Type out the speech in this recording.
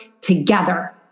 together